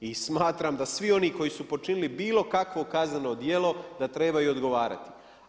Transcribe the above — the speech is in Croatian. I smatram da svi oni koji su počinili bilo kakvo kazneno djelo da trebaju odgovarati.